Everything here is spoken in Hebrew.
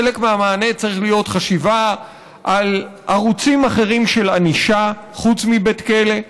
חלק מהמענה צריך להיות חשיבה על ערוצים אחרים של ענישה חוץ מבית כלא.